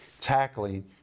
tackling